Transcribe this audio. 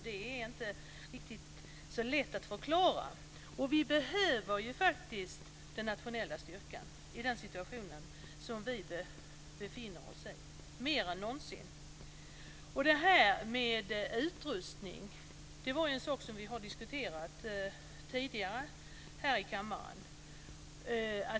Det är inte så lätt att förklara. Vi behöver den Nationella insatsstyrkan i den situation som vi befinner oss i - mer än någonsin. Vi har diskuterat frågan om utrustning tidigare här i kammaren.